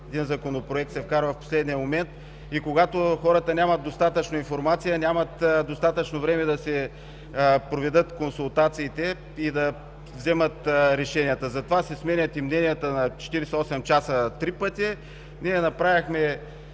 един законопроект се вкарва в последния момент и когато хората нямат достатъчно информация и нямат достатъчно време, за да се проведат консултациите и да вземат решенията, затова си сменят и мненията на 48 часа три пъти. Вносителите